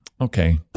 Okay